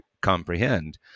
comprehend